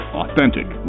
authentic